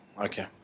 Okay